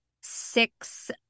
six